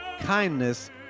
kindness